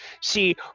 see